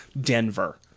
denver